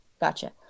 Gotcha